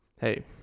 hey